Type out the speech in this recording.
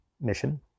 mission